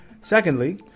Secondly